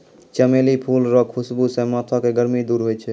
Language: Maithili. चमेली फूल रो खुशबू से माथो के गर्मी दूर होय छै